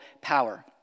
power